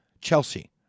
Chelsea